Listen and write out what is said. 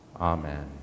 Amen